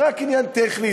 זה רק עניין טכני.